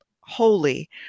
holy